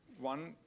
one